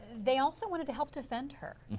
they also wanted to help defend her.